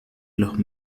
los